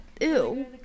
ew